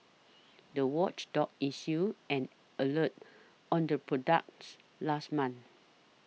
the watchdog issued an alert on the products last month